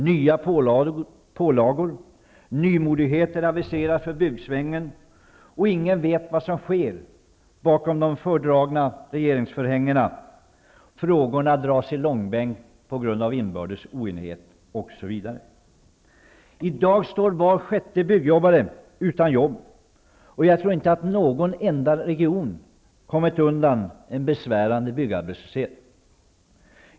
Nya pålagor och andra nymodigheter aviseras för byggsvängen, och ingen vet vad som sker bakom de fördragna regeringsförhängena. Frågorna dras i långbänk på grund av inbördes oenighet osv. I dag står var sjätte byggjobbare utan jobb. Jag tror inte någon enda region kommit undan en besvärande byggarbetslöshet.